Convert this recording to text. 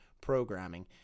programming